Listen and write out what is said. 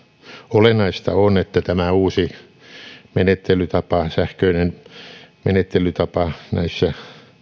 olennaista on että tämä uusi menettelytapa sähköinen menettelytapa näissä